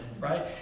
right